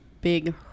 big